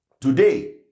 today